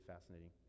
fascinating